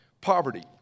poverty